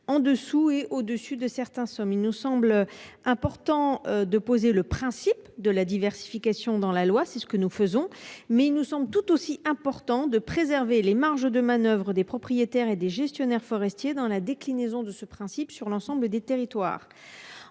en dessous et au-dessus de certains somme il nous semble important de poser le principe de la diversification dans la loi, c'est ce que nous faisons, mais nous sommes tout aussi important de préserver les marges de manoeuvre des propriétaires et des gestionnaires forestiers dans la déclinaison de ce principe sur l'ensemble des territoires.